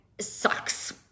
sucks